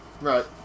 Right